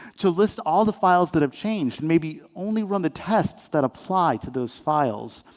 to list all the files that have changed. maybe only run the tests that apply to those files.